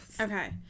Okay